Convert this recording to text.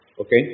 Okay